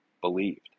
believed